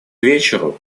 вечеру